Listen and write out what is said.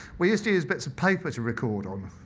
we used to use bits of paper to record on.